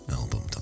album